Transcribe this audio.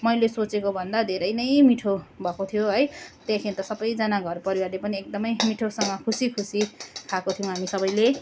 मैले सोचेको भन्दा धेरै नै मिठो भएको थियो है त्यहाँदेखि सबैजना घरपरिवारले पनि एकदमै मिठोसँग खुसी खुसी खाएको थियौँ हामी सबैले